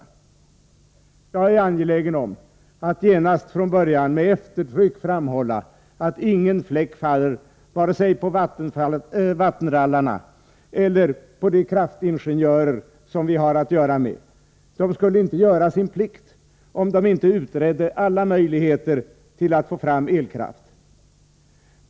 Jag är angelägen om att genast med eftertryck framhålla att ingen skugga faller vare sig på vattenrallarna eller på kraftingenjörerna. De senare skulle inte göra sin plikt, om de inte utredde alla möjligheter att få fram elkraft.